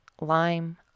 lime